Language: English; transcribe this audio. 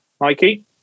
Mikey